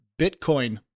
Bitcoin